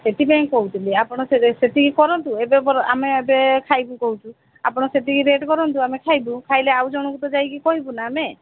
ସେଥିପାଇଁ କହୁଥିଲି ଆପଣ ସେତିକି କରନ୍ତୁ ଏବେ ପରା ଆମେ ଏବେ ଖାଇବୁ କହୁଛୁ ଆପଣ ସେତିକି ରେଟ୍ କରନ୍ତୁ ଆମେ ଖାଇବୁ ଖାଇଲେ ଆଉ ଜଣକୁ ତ ଯାଇକି କହିବୁ ନା ଆମେ